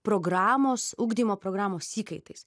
programos ugdymo programos įkaitais